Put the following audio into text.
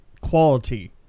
quality